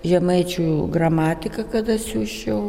žemaičių gramatika kad atsiųsčiau